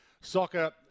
soccer